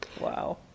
Wow